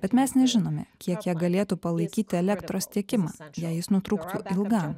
bet mes nežinome kiek jie galėtų palaikyti elektros tiekimą jei jis nutrūktų ilgam